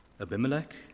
Abimelech